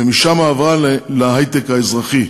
ומשם עברה להיי-טק האזרחי.